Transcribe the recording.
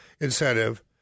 incentive